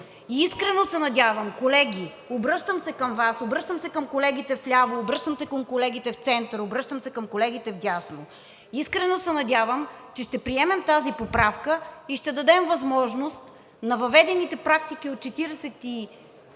Искрено се надявам – обръщам се към Вас, обръщам се към колегите вляво, обръщам се към колегите в центъра, обръщам се към колегите вдясно, че ще приемем тази поправка и ще дадем възможност на въведените практики от